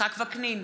יצחק וקנין,